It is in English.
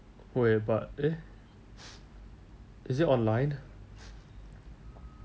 wait but eh is it online